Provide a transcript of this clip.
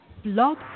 Blog